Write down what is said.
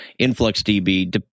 InfluxDB